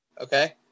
Okay